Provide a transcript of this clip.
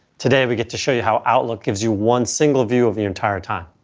today, we get to show you how outlook gives you one single view of your entire time.